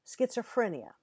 schizophrenia